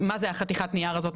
מה זה חתיכת הנייר הזאת?